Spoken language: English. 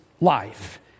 life